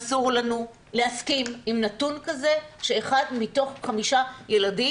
אסור לנו להסכים עם נתון כזה שאחד מתוך חמישה ילדים,